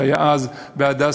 שהיה אז ב"הדסה"